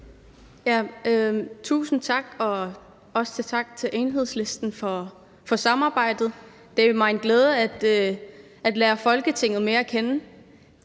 Tusind tak, og også tak til Enhedslisten for samarbejdet. Der er mig en glæde at lære Folketinget mere at kende,